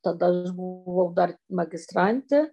tada aš buvau dar magistrantė